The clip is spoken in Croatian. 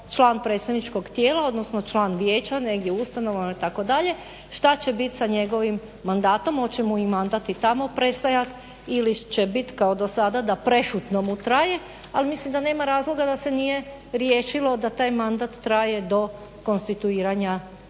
član predstavničkog tijela, odnosno član vijeća, negdje u ustanovama itd., šta će biti sa njegovim mandatom, hoće mu i mandat i tamo prestajati ili će biti kao do sada da prešutno mu traje, ali mislim da nema razloga da se nije riješilo da taj mandat traje do konstituiranja novog